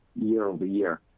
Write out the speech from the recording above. year-over-year